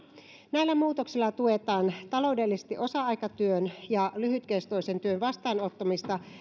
näillä muutoksilla tuetaan taloudellisesti osa aikatyön ja lyhytkestoisen työn vastaanottamista